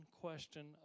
question